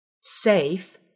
Safe